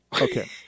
Okay